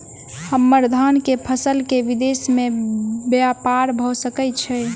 हम्मर धान केँ फसल केँ विदेश मे ब्यपार भऽ सकै छै?